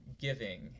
giving